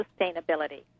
sustainability